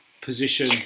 position